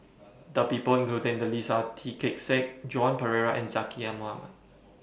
The People included in The list Are Tan Kee Sek Joan Pereira and Zaqy Mohamad